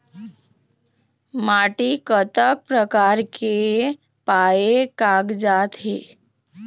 माटी कतक प्रकार के पाये कागजात हे?